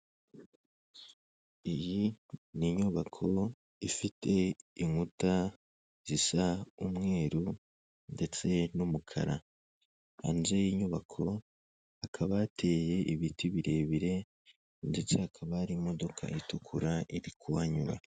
Iyi ni inyubako ifite inkuta zisa umweru, ndetse n'umukara, hanze y'inyubako hakaba hateye ibiti birebire, ndetse hakaba hari imodoka itukura iri kuhanyura.